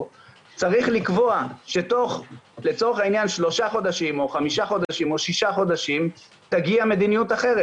צריך לקבוע שתוך 3-6 חודשים תגיע מדיניות אחרת.